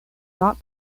not